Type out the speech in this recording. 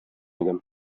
идем